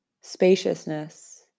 spaciousness